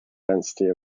density